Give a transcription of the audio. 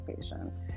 patients